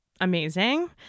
amazing